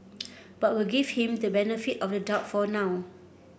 but we'll give him the benefit of the doubt for now